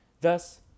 Thus